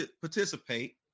participate